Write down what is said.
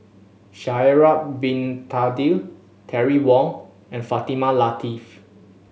Sha'ari Bin Tadin Terry Wong and Fatimah Lateef